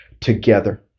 together